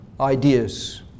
ideas